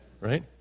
right